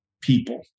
people